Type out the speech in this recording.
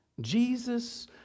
Jesus